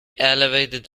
elevated